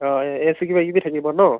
অঁ এ এ চি কিবাকিবি থাকিব ন